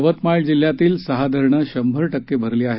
यवतमाळ जिल्ह्यातील सहा धरणं शंभर टक्के भरली आहेत